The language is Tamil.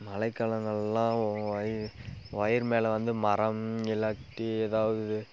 மழை காலங்களெலாம் ஒய ஒயர் மேலே வந்து மரம் இல்லாட்டி ஏதாவது